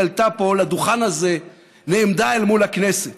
היא עלתה פה, לדוכן הזה, נעמדה אל מול הכנסת